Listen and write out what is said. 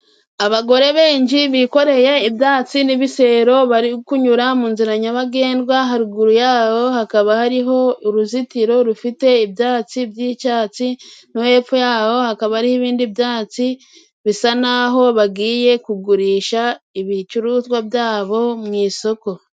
Abagore benshi bikoreye ibyatsi n'ibisero bari kunyura mu nzira nyabagendwa, haruguru y'aho hakaba hariho uruzitiro rufite ibyatsi by'icyatsi, no hepfo y'aho hakaba n'ibindi byatsi ,bisa n'aho bagiye kugurisha ibicuruzwa byabo mu isoko.